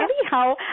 anyhow